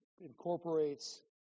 incorporates